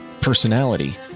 personality